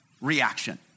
reaction